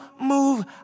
move